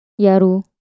Yaru